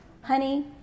honey